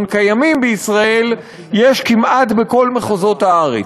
קיימים בישראל יש כמעט בכל מחוזות הארץ.